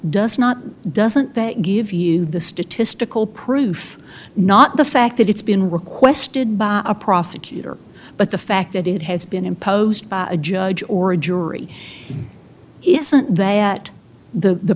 does not doesn't that give you the statistical proof not the fact that it's been requested by a prosecutor but the fact that it has been imposed by a judge or a jury isn't that the